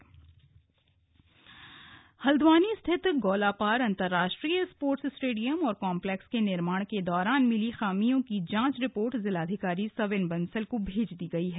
sports stadium Haldwani स्थित गौलापार अंतरराष्ट्रीय sports stadium और कॉम्पलैक्स के निर्माण के दौरान मिली खामियों की जांच रिपोर्ट जिलाधिकारी सविन बंसल को भेज दी गई है